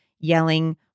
yelling